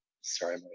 sorry